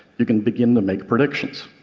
you can begin to make predictions.